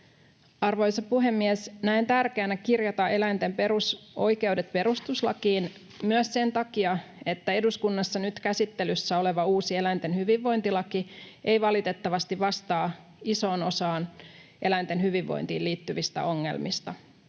Arvoisa puhemies! Näen tärkeänä kirjata eläinten perusoikeudet perustuslakiin myös sen takia, että eduskunnassa nyt käsittelyssä oleva uusi eläinten hyvinvointilaki ei valitettavasti vastaa isoon osaan eläinten hyvinvointiin liittyvistä ongelmista.